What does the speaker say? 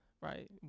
Right